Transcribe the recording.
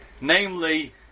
namely